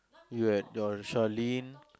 you had your Sharlene